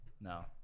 no